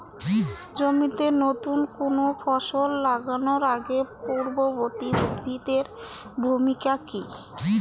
জমিতে নুতন কোনো ফসল লাগানোর আগে পূর্ববর্তী উদ্ভিদ এর ভূমিকা কি?